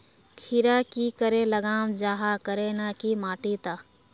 खीरा की करे लगाम जाहाँ करे ना की माटी त?